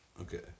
Okay